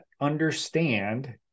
understand